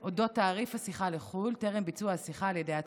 על אודות תעריף השיחה לחו"ל טרם ביצוע השיחה על ידי הצרכן.